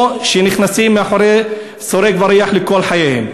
או שהם נכנסים מאחורי סורג ובריח לכל חייהם.